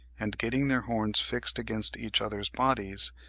and getting their horns fixed against each other's bodies,